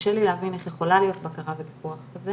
קשה לי להבין איך יכולים להיות בקרה ופיקוח כזה